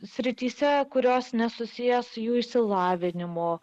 srityse kurios nesusiję su jų išsilavinimo